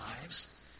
lives